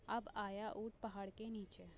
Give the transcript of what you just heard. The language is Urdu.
اب آیا اوٹ پہاڑ کے نیچے